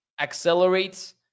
accelerates